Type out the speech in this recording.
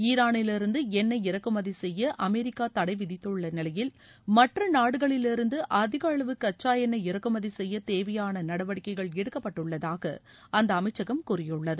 ஈரானிலிருந்து எண்ணொய் இறக்குமதி செய்ய அமெரிக்கா தடை விதித்துள்ள நிலையில் மற்ற நாடுகளிலிருந்து அதிக அளவு கச்சா எண்ணொய் இறக்குமதி செய்ய தேவையான நடவடிக்கைகள் எடுக்கப்பட்டுள்ளதாக அந்த அமைச்சகம் கூறியுள்ளது